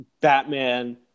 Batman